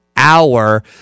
hour